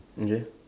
ya